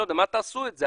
מה תעשו עם זה?